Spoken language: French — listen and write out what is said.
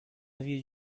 aviez